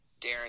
Darren